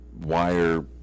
wire